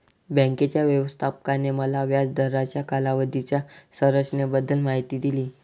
बँकेच्या व्यवस्थापकाने मला व्याज दराच्या कालावधीच्या संरचनेबद्दल माहिती दिली